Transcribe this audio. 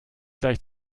gleich